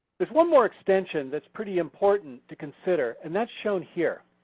there's one more extension that's pretty important to consider and that's shown here.